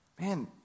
man